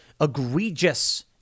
egregious